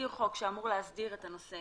חוק שאמור להסדיר את הנושא